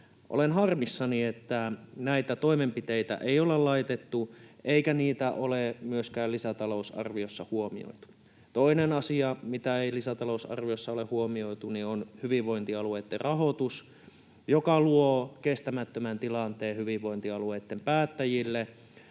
Olen harmissani, että näitä toimenpiteitä ei ole laitettu eikä niitä ole myöskään lisätalousarviossa huomioitu. Toinen asia, mitä ei lisätalousarviossa ole huomioitu, on hyvinvointialueitten rahoitus, mikä luo kestämättömän tilanteen hyvinvointialueitten päättäjille